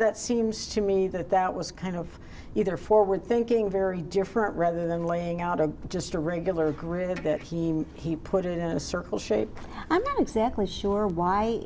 that seems to me that that was kind of either forward thinking very different rather than laying out a just a regular grid that he he put it in a circle shape i'm not exactly sure why